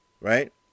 right